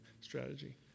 strategy